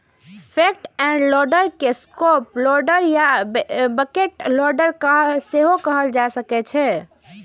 front end loader के scoop loader या bucket loader सेहो कहल जाइ छै